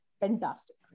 fantastic